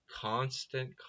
constant